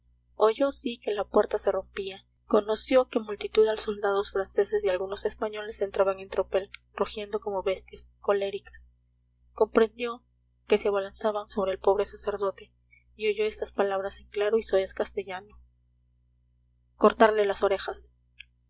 amigo oyó sí que la puerta se rompía conoció que multitud de soldados franceses y algunos españoles entraban en tropel rugiendo como bestias coléricas comprendió que se abalanzaban sobre el pobre sacerdote y oyó estas palabras en claro y soez castellano cortarle las orejas